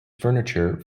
furniture